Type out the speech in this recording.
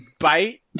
bite